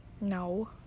No